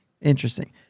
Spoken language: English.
interesting